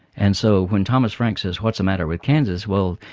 and so when thomas frank says, what's the matter with kansas? well,